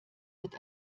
wird